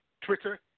Twitter